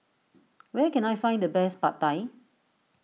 where can I find the best Pad Thai